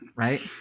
Right